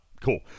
Cool